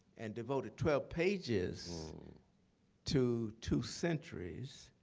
and devoted twelve pages to two centuries,